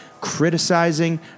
criticizing